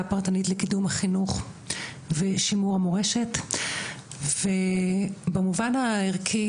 פרטנית לקידום החינוך ושימור המורשת ובמובן הערכי,